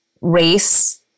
race